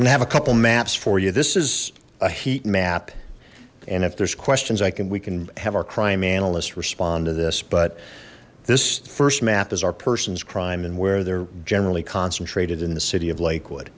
gonna have a couple maps for you this is a heat map and if there's questions i can we can have our crime analysts respond to this but this first map is our person's crime and where they're generally concentrated in the city of lakewood